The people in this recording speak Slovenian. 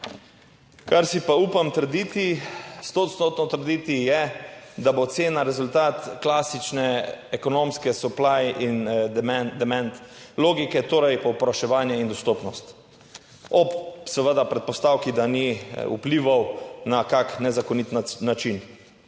Kar si pa upam trditi, stoodstotno trditi je, da bo cena rezultat klasične ekonomske "supply and demand" logike, torej povpraševanje in dostopnost, ob seveda predpostavki, da ni vplivov na kak nezakonit način.